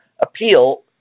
appeal